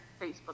Facebook